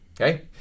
Okay